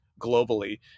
globally